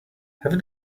heave